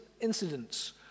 incidents